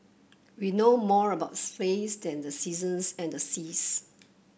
we know more about space than the seasons and seas